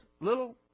little